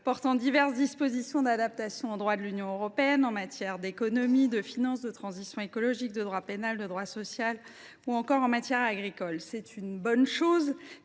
portant diverses dispositions d’adaptation au droit de l’Union européenne en matière d’économie, de finances, de transition écologique, de droit pénal, de droit social et en matière agricole. C’est bien sûr une bonne chose